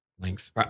length